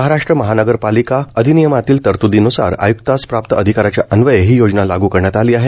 महाराष्ट्र महानगरपालिका अधिनियमातील तरत्दीन्सार आय्क्तांस प्राप्त अधिकाऱ्याच्या अन्वये ही योजना लागू करण्यात आली आहे